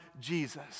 Jesus